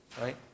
Right